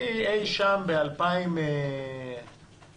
אי-שם ב-2015